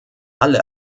alle